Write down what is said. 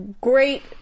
great